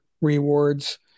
rewards